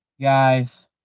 Guys